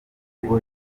rwo